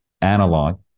analog